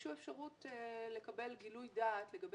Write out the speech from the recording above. וביקשו אפשרות לקבל גילוי דעת לגבי